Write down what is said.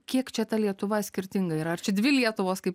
kiek čia ta lietuva skirtinga ir ar čia dvi lietuvos kaip